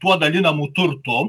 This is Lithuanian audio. tuo dalinamu turtu